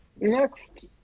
next